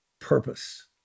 purpose